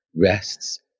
rests